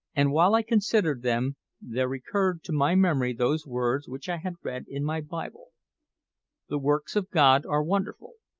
and while i considered them there recurred to my memory those words which i had read in my bible the works of god are wonderful,